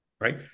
Right